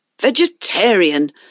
Vegetarian